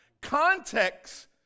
Context